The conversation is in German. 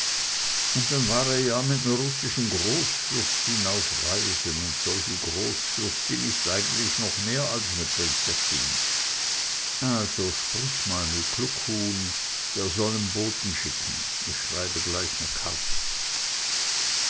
und dann war er ja mit ner russischen großfürstin auf reisen und solche großfürstin is eigentlich noch mehr als ne prinzessin also sprich mal mit kluckhuhn der soll nen boten schicken ich schreibe gleich ne karte